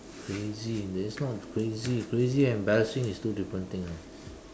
crazy in there it's not crazy crazy and embarrassing is two different thing you know